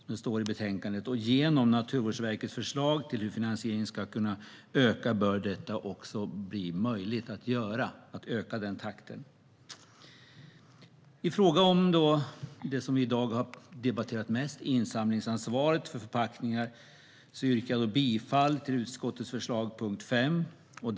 Med hjälp av Naturvårdsverkets förslag till hur finansiering ska kunna öka bör detta också vara möjligt att göra. I fråga om det som vi i dag har debatterat mest, nämligen insamlingsansvaret för förpackningar, yrkar jag bifall till utskottets förslag under punkt 5.